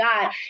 God